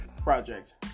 project